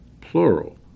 plural